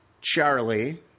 Charlie